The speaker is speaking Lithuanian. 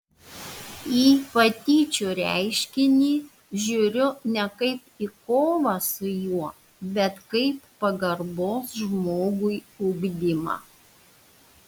į patyčių reiškinį žiūriu ne kaip į kovą su juo bet kaip pagarbos žmogui ugdymą